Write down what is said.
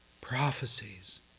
Prophecies